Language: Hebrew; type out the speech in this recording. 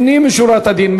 לפנים משורת הדין,